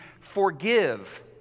Forgive